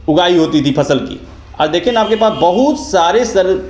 उगाई होती थी फ़सल की आजदेखिए ना आपके पास बहुत सारे सर